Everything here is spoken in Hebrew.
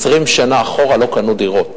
20 שנה אחורה לא קנו דירות.